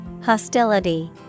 Hostility